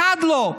באחד לא.